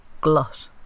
glut